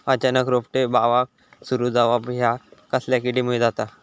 अचानक रोपटे बावाक सुरू जवाप हया कसल्या किडीमुळे जाता?